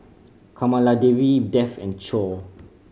Kamaladevi Dev and Choor